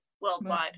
worldwide